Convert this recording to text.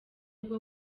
bwo